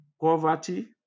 poverty